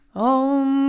om